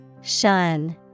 Shun